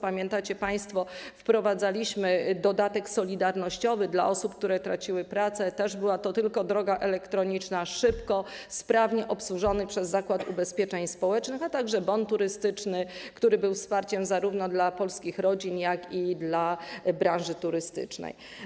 Pamiętacie państwo, wprowadzaliśmy dodatek solidarnościowy dla osób, które traciły pracę, też była to tylko droga elektroniczna, szybko, sprawnie obsłużony przez Zakład Ubezpieczeń Społecznych, a także bon turystyczny, który był wsparciem zarówno dla polskich rodzin, jak i dla branży turystycznej.